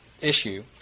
issue